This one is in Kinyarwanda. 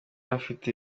afite